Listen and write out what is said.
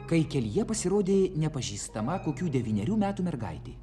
kai kelyje pasirodė nepažįstama kokių devynerių metų mergaitė